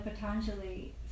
Patanjali